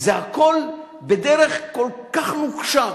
זה הכול בדרך כל כך נוקשה,